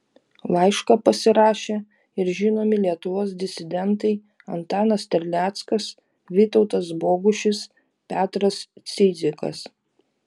laišką pasirašė ir žinomi lietuvos disidentai antanas terleckas vytautas bogušis petras cidzikas